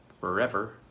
forever